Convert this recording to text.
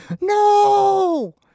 no